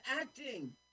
acting